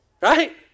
right